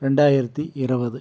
ரெண்டாயிரத்தி இருவது